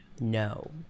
No